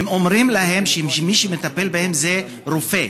אומרים להם שמי שמטפל בהם זה רופא,